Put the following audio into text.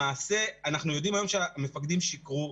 למעשה אנחנו יודעים היום שהמפקדים שיקרו,